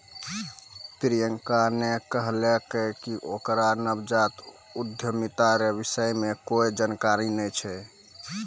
प्रियंका ने कहलकै कि ओकरा नवजात उद्यमिता रो विषय मे कोए जानकारी नै छै